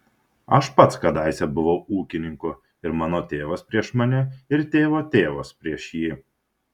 aš pats kadaise buvau ūkininku ir mano tėvas prieš mane ir tėvo tėvas prieš jį